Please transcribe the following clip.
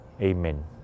Amen